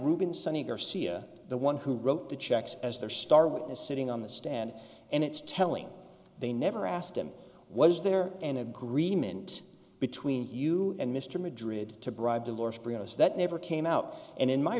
rubin sunny garcia the one who wrote the checks as their star witness sitting on the stand and it's telling they never asked him was there an agreement between you and mr madrid to bribe divorce brianna's that never came out and